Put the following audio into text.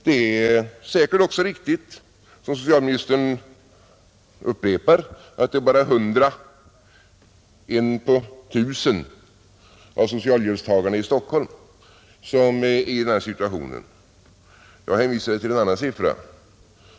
Det är säkert också riktigt som socialministern upprepar att det bara är hundra — en på tusen — av socialhjälpstagarna i Stockholm som är i denna situation, Jag hänvisade till en annan siffra.